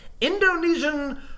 Indonesian